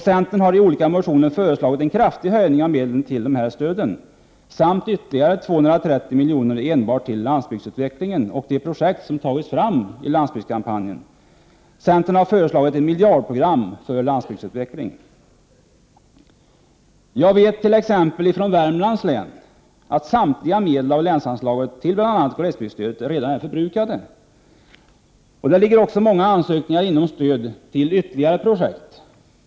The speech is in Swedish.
Centern har i olika motioner föreslagit en kraftig höjning av medlen till dessa stöd samt ytterligare 230 miljoner enbart till landsbygdsutvecklingen och de projekt som tagits fram i landsbygdskampanjen. Centern har föreslagit ett miljardprogram för landsbygdsutveckling. Jag vet bl.a. att samtliga medel av länsanslaget till bl.a. glesbygdsstödet i Värmlands län redan är förbrukade. Det ligger också många ansökningar om stöd till ytterligare projekt.